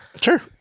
sure